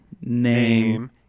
name